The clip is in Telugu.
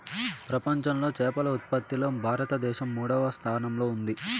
ప్రపంచంలో చేపల ఉత్పత్తిలో భారతదేశం మూడవ స్థానంలో ఉంది